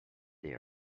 they